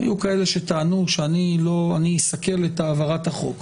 היו כאלה שטענו שאני אסכל את העברת החוק.